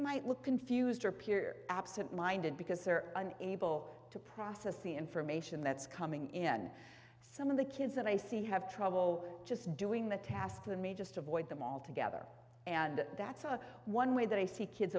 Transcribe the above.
might look confused or appear absent minded because they're able to process the information that's coming in some of the kids that i see have trouble just doing the task for me just avoid them altogether and that's a one way that i see kids